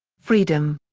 freedom.